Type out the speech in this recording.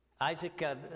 Isaac